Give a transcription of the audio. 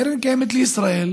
קרן קיימת לישראל